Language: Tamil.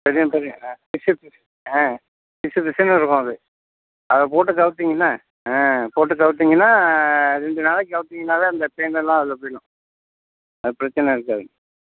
பெரிய பெரிய ஆ பிஸுப் பிஸு ஆ பிஸு பிஸுன்னு இருக்கும் அது அதை போட்டு கவுத்திங்கன்னா போட்டு கவுத்திங்கன்னா ரெண்டு நாளைக்கு கவுத்திங்கன்னாவே அந்த பேனெல்லாம் அதில் போயிடும் அது பிரச்சின இருக்காது